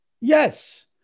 Yes